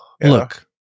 Look